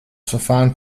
verfahren